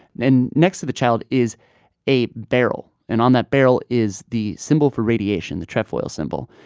then, next to the child is a barrel. and on that barrel is the symbol for radiation, the trefoil symbol.